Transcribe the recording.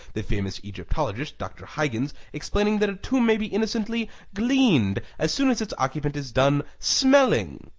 the famous egyptologist, dr. huggyns, explaining that a tomb may be innocently glened as soon as its occupant is done smellynge,